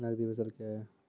नगदी फसल क्या हैं?